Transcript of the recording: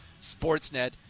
Sportsnet